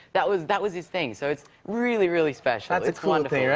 that was that was his thing. so it's really, really special. it's wonderful.